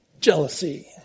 jealousy